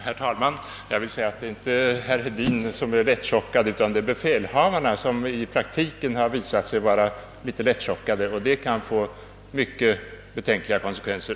Herr talman! Jag vill säga att det inte är herr Hedin som är »lättechockad», utan det är fartygsbefälhavarna som i praktiken visat sig vara litet »lättchockade», och detta kan få mycket betänkliga konsekvenser.